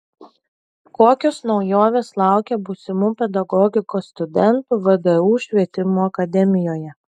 kokios naujovės laukia būsimų pedagogikos studentų vdu švietimo akademijoje